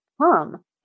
come